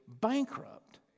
bankrupt